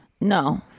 No